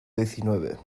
diecinueve